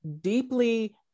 deeply